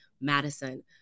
Madison